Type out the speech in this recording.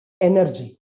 energy